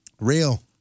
Real